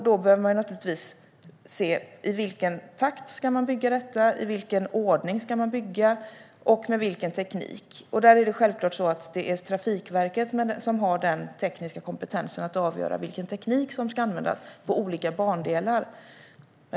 Då behöver man naturligtvis se i vilken takt man ska bygga detta, i vilken ordning man ska bygga och med vilken teknik. Där är det självklart så att det är Trafikverket som har den tekniska kompetensen att avgöra vilken teknik som ska användas på olika bandelar.